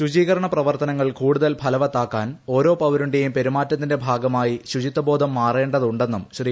ശുചീകരണ പ്രവർത്തനങ്ങൾ കൂടുതൽ ഫലവത്താക്കാൻ ഓരോ പൌരന്റെയും പെരുമാറ്റത്തിന്റെ ഭാഗമായി ശുചിത്വ ബോധം മാറേണ്ടതുണ്ടെന്നും ശ്രീ